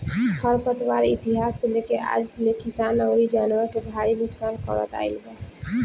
खर पतवार इतिहास से लेके आज ले किसान अउरी जानवर के भारी नुकसान करत आईल बा